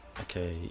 Okay